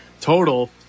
total